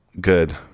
good